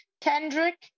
Kendrick